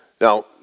Now